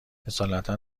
اصالتا